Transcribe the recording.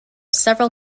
several